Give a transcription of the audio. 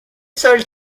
sol